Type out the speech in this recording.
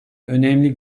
önemli